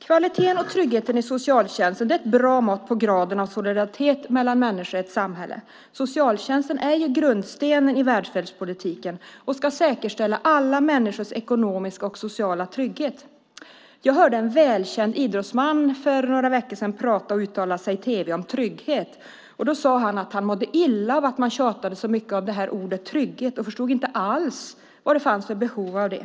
Kvaliteten och tryggheten i socialtjänsten är ett bra mått på graden av solidaritet mellan människor i ett samhälle. Socialtjänsten är ju grundstenen i välfärdspolitiken och ska säkerställa alla människors ekonomiska och sociala trygghet. Jag hörde en välkänd idrottsman för några veckor sedan uttala sig i tv om trygghet. Han sade att han mådde illa av att man tjatade så mycket om ordet trygghet. Han förstod inte alls vad det fanns för behov av det.